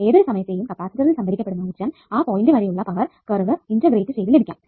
ഏതൊരു സമയത്തെയും കപ്പാസിറ്ററിൽ സംഭരിക്കപ്പെടുന്ന ഊർജ്ജം ആ പോയിന്റ് വരെ ഉള്ള പവർ കർവ് ഇന്റഗ്രേറ്റ് ചെയ്തു ലഭിക്കാം